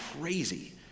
crazy